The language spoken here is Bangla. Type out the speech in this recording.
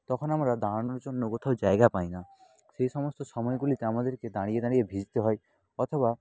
তখন আমরা দাঁড়ানোর জন্য কোথাও জায়গা পাই না সেই সমস্ত সময়গুলিতে আমাদেরকে দাঁড়িয়ে দাঁড়িয়ে ভিজতে হয় অথবা